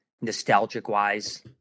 nostalgic-wise